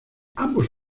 ambos